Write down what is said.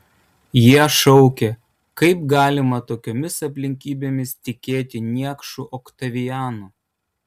jie šaukė kaip galima tokiomis aplinkybėmis tikėti niekšu oktavianu